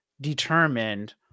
determined